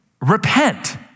Repent